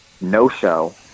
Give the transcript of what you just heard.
no-show